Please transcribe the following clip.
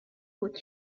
بود